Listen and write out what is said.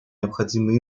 необходимый